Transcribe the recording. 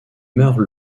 meurt